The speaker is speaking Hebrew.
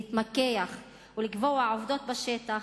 להתמקח ולקבוע עובדות בשטח,